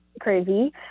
crazy